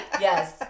Yes